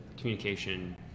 communication